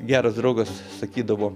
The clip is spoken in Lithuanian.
geras draugas sakydavo